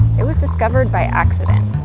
it was discovered by accident.